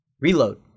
Reload